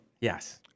Yes